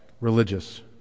religious